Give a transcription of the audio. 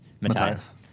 Matthias